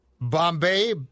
Bombay